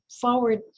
forward